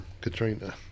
Katrina